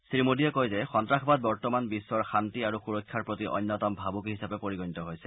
শ্ৰীমোডীয়ে কয় যে সন্তাসবাদ বৰ্তমান বিশ্বৰ শান্তি আৰু সুৰক্ষাৰ প্ৰতি অন্যতম প্ৰধান ভাবুকি হিচাপে পৰিগণিত হৈছে